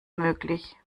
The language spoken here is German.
möglich